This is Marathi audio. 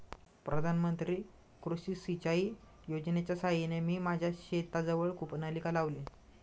प्रधानमंत्री कृषी सिंचाई योजनेच्या साहाय्याने मी माझ्या शेताजवळ कूपनलिका लावली